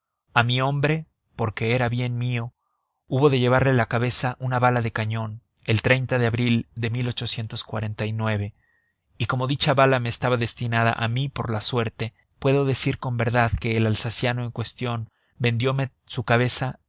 a mi hombre porque era bien mío hubo de llevarle la cabeza una bala de cañón el de abril de y como dicha bala me estaba destinada a mí por la suerte puedo decir con verdad que el alsaciano en cuestión vendiome su cabeza